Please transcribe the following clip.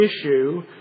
issue